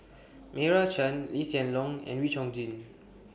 Meira Chand Lee Hsien Loong and Wee Chong Jin